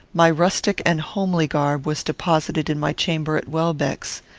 my rustic and homely garb was deposited in my chamber at welbeck's.